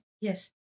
Yes